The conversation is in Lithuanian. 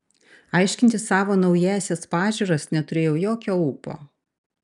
aiškinti savo naująsias pažiūras neturėjau jokio ūpo